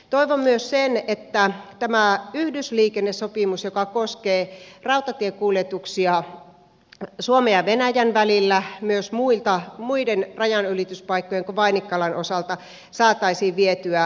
toivon myös että tämä yhdysliikennesopimus joka koskee rautatiekuljetuksia suomen ja venäjän välillä myös muiden rajanylityspaikkojen kuin vainikkalan osalta saataisiin vietyä eteenpäin